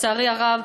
לצערי הרב,